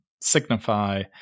signify